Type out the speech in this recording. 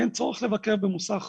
אין צורך לבקר במוסך.